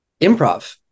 improv